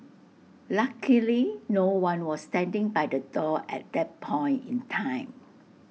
luckily no one was standing by the door at that point in time